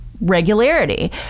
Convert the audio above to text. regularity